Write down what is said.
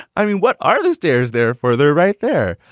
i mean, what are the stairs there for there? right there.